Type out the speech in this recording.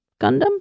Gundam